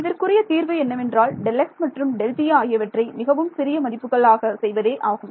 இதற்குரிய தீர்வு என்னவென்றால் Δx மற்றும்Δt ஆகியவற்றை மிகவும் சிறிய மதிப்புகள் ஆக செய்வதே ஆகும்